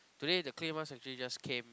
today the clay mask actually just came